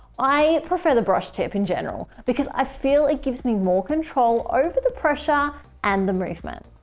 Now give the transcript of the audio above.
i prefer the brush tip in general because i feel it gives me more control over the pressure and the movement.